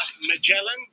Magellan